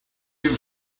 you